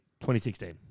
2016